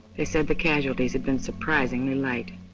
they said the casualties had been surprisingly light.